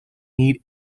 need